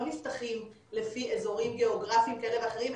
נפתחים לפי אזורים גיאוגרפיים כאלה ואחרים,